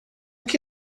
que